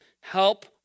Help